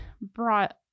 brought